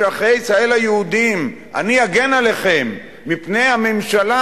אזרחי ישראל היהודים אני אגן עליכם מפני הממשלה